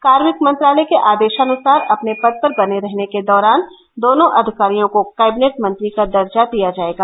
कार्मिक मंत्रालय के आदेशानुसार अपने पद पर बने रहने के दौरान दोनों अधिकारियों को कैबिनेट मंत्री का दर्जा दिया जाएगा